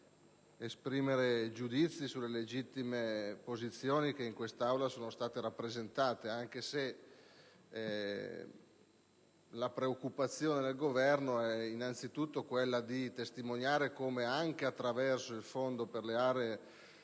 esprimere giudizi sulle legittime posizioni che in quest'Aula sono state rappresentate, anche se la sua preoccupazione è anzitutto quello di testimoniare come anche attraverso il Fondo per le aree